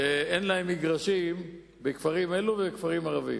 שאין להם מגרשים בכפרים אלו ובכפרים ערביים.